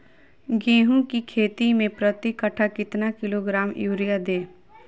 गेंहू की खेती में प्रति कट्ठा कितना किलोग्राम युरिया दे?